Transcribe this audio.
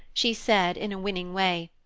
she said, in a winning way,